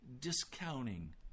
Discounting